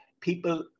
people